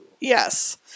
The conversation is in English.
Yes